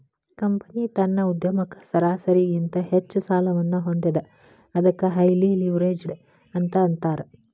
company ತನ್ನ ಉದ್ಯಮಕ್ಕ ಸರಾಸರಿಗಿಂತ ಹೆಚ್ಚ ಸಾಲವನ್ನ ಹೊಂದೇದ ಅದಕ್ಕ ಹೈಲಿ ಲಿವ್ರೇಜ್ಡ್ ಅಂತ್ ಅಂತಾರ